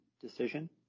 decision